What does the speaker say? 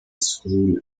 scroll